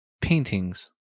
paintings